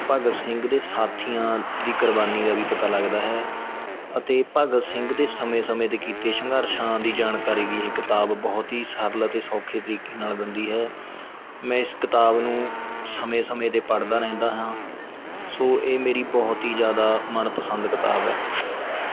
ਭਗਤ ਸਿੰਘ ਦੇ ਸਾਥੀਆਂ ਦੀ ਕੁਰਬਾਨੀ ਦਾ ਵੀ ਪਤਾ ਲੱਗਦਾ ਹੈ ਅਤੇ ਭਗਤ ਸਿੰਘ ਦੇ ਸਮੇਂ ਸਮੇਂ 'ਤੇ ਕੀਤੇ ਸੰਘਰਸ਼ਾਂ ਦੀ ਜਾਣਕਾਰੀ ਵੀ ਇਹ ਕਿਤਾਬ ਬਹੁਤ ਹੀ ਸਰਲ ਅਤੇ ਸੌਖੇ ਤਰੀਕੇ ਨਾਲ ਦਿੰਦੀ ਹੈ ਮੈਂ ਇਸ ਕਿਤਾਬ ਨੂੰ ਸਮੇਂ ਸਮੇਂ 'ਤੇ ਪੜ੍ਹਦਾ ਰਹਿੰਦਾ ਹਾਂ ਸੋ ਇਹ ਮੇਰੀ ਬਹੁਤ ਹੀ ਜ਼ਿਆਦਾ ਮਨਪਸੰਦ ਕਿਤਾਬ ਹੈ